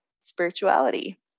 spirituality